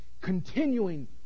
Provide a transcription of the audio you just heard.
continuing